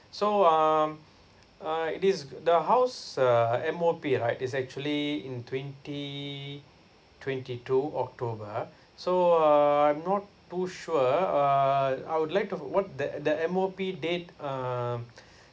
so um uh it is the house uh M_O_P right is actually in twenty twenty two october so uh I'm not too sure uh I would like to what the the M_O_P date um